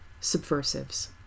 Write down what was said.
Subversives